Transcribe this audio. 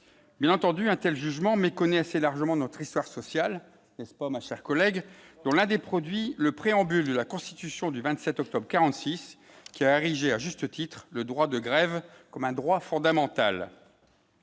bien entendu, untel jugement assez largement notre histoire sociale n'est-ce pas mon cher collègue, dont l'un des produits, le préambule de la Constitution du 27 octobre 46 qui à juste titre le droit de grève comme un droit fondamental,